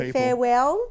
farewell